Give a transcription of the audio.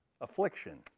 Affliction